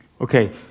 Okay